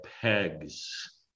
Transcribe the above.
pegs